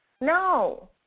No